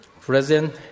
President